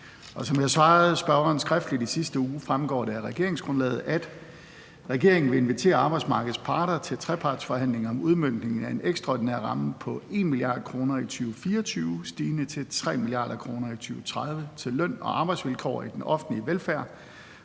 Og som jeg svarede spørgeren skriftligt i sidste uge, fremgår det af regeringsgrundlaget, at regeringen vil invitere arbejdsmarkedets parter til trepartsforhandlinger om udmøntning af en ekstraordinær ramme på 1 mia. kr. i 2024 stigende til 3 mia. kr. i 2030 til løn og arbejdsvilkår i den offentlige velfærd,